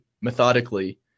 methodically